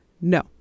No